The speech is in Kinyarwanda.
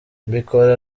mbikora